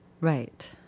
Right